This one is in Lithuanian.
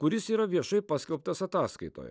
kuris yra viešai paskelbtas ataskaitoje